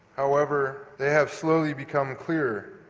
however, they have slowly become clear.